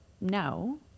no